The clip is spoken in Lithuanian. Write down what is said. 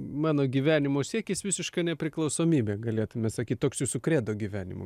mano gyvenimo siekis visiška nepriklausomybė galėtume sakyt toks jūsų kredo gyvenimo